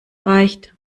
reicht